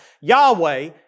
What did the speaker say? Yahweh